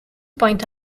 point